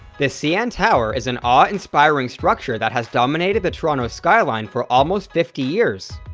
the cn tower is an awe-inspiring structure that has dominated the toronto skyline for almost fifty years,